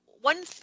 one